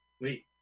Wait